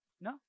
No